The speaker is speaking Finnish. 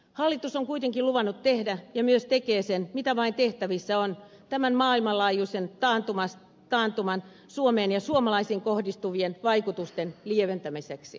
hallitus on kuitenkin luvannut tehdä ja myös tekee sen mitä vain tehtävissä on tästä maailmanlaajuisesta taantumasta suomeen ja suomalaisiin kohdistuvien vaikutusten lieventämiseksi